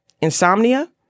insomnia